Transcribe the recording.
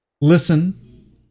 listen